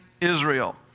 Israel